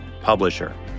Publisher